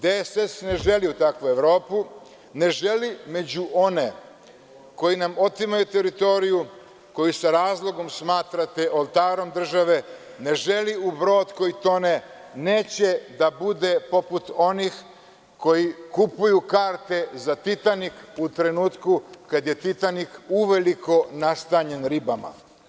Demokratska stranka Srbije ne želi u takvu Evropu, ne želi među one koji nam otimaju teritoriju, koje sa razlogom smatrate oltarom države, ne želi u brod koji tone, neće da bude poput onih koji kupuju karte za Titanik u trenutku kada je Titanik uveliko nastanjen ribama.